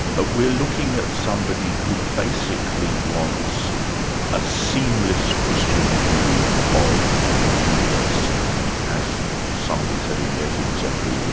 ah we're looking at somebody who basically wants a seamless christian view of the universe as somebody said in the eighteenth century, yeah